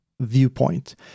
viewpoint